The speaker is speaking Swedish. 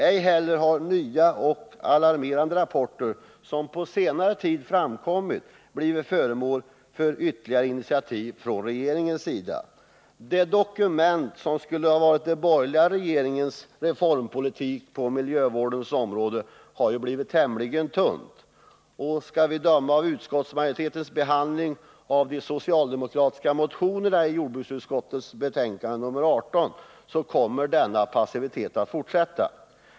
Ej heller har de nya och alarmerande rapporter som på senare tid framkommit föranlett regeringen att ta ytterligare initiativ. Det dokument som är att betrakta som de borgerliga regeringarnas reformpolitik på miljövårdens område har ju blivit tämligen tunt, och skall vi döma av utskottsmajoritetens behandling av de socialdemokratiska motionerna i jordbruksutskottets betänkande nr 18, så kommer denna passivitet att fortsätta.